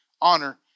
honor